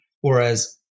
Whereas